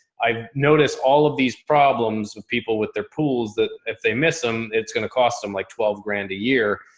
i've noticed all of these problems with people with their pools that if they miss them, it's going to cost them like twelve grand a year.